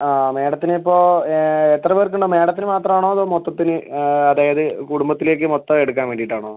ആ മേഡത്തിന് ഇപ്പം എത്ര പേർക്ക് ഉണ്ടാവും മേഡത്തിന് മാത്രം ആണോ അതോ മൊത്തത്തിൽ അതായത് കുടുംബത്തിലേക്ക് മൊത്തം എടുക്കാൻ വേണ്ടിയിട്ട് ആണോ